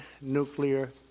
nuclear